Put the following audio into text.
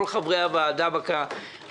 כל חברי הוועדה בכנסת הקודמת היו בעד.